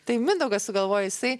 tai mindaugas sugalvojo jisai